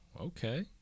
okay